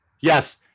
yes